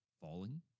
Falling